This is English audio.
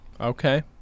okay